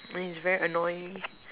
mine is very annoying